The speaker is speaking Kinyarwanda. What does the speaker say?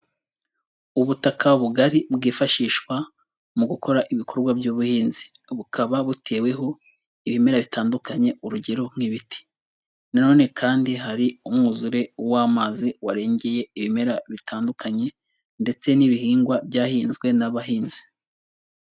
Ubutaka bugari bwifashishwa mu gukora ibikorwa by'ubuhinzi, bukaba buteweho ibimera bitandukanye urugero nk'ibiti, nanone kandi hari umwuzure w'amazi warengeye ibimera bitandukanye ndetse n'ibihingwa byahinzwe n'abahinzi.